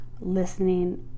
listening